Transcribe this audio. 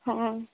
हाँ